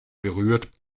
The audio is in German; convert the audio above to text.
berührt